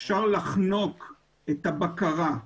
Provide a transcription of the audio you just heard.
אפשר לחנוק את הבקרה,